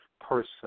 person